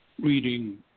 reading